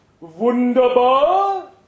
Wunderbar